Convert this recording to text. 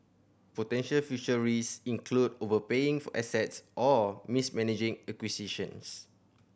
potential future risk include overpaying for assets or mismanaging acquisitions